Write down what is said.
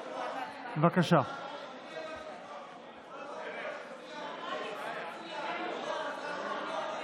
42, נגד, 52. הצעת החוק לא התקבלה.